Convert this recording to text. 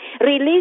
release